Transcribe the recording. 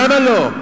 למה לא?